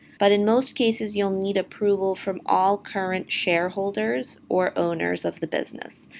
but in most cases, you'll need approval from all current shareholders or owners of the business,